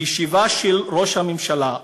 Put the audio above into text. בישיבה עם ראש הממשלה,